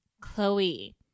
Chloe